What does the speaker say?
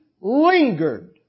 lingered